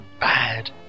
bad